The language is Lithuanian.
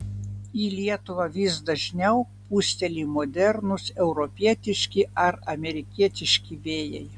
į lietuvą vis dažniau pūsteli modernūs europietiški ar amerikietiški vėjai